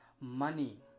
money